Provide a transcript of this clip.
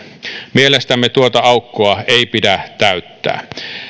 mielestämme tuota aukkoa ei pidä täyttää